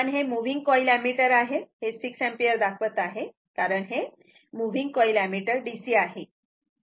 A1 हे moving coil ammeter आहे हे 6एम्पिअर दाखवत आहे कारण हे मूव्हिन्ग कॉईल एमीटर DC आहे